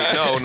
no